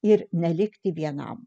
ir nelikti vienam